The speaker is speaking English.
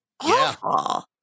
awful